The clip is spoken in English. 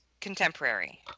contemporary